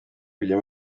kujya